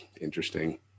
interesting